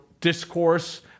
discourse